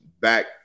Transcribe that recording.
back